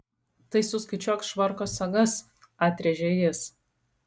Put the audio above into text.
tai suskaičiuok švarko sagas atrėžė jis